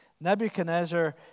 Nebuchadnezzar